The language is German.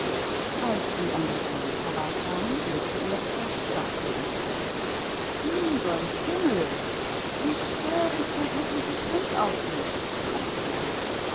als sie an der säule vorbeikamen schaute er zu dem standbild hinauf herrgott wie schäbig der glückliche prinz aussieht sagte er